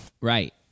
Right